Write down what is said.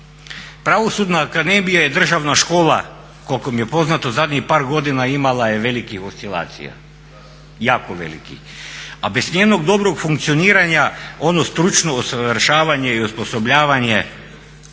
Pravosudna akademija je državna škola koliko mi je poznato zadnjih par godina imala je velikih oscilacija, jako velikih, a bez njenog dobrog funkcioniranja ono stručno usavršavanje i osposobljavanje